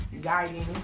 guiding